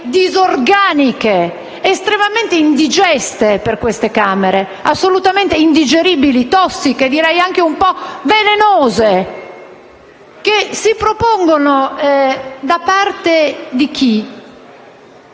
disorganiche, estremamente indigeste per queste Camere e assolutamente indigeribili, tossiche e anche un po' velenose, che vengono proposte da parte di chi